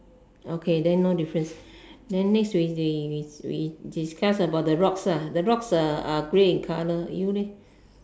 okay then no difference then next we we we discuss about the rocks lah the rocks are are in grey in colour you leh